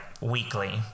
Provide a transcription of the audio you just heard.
weekly